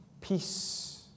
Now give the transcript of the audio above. Peace